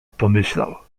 pomyślał